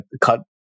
cut